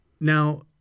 Now